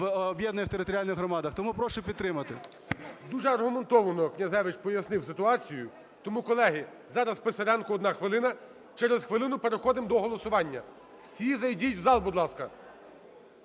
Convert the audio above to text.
об'єднаних територіальних громадах. Тому прошу підтримати. ГОЛОВУЮЧИЙ. Дуже аргументовано Князевич пояснив ситуацію. Тому, колеги, зараз Писаренко, одна хвилина. Через хвилину переходимо до голосування. Всі зайдіть в зал, будь ласка.